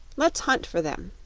let's hunt for them,